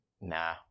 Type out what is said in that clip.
Nah